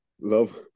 Love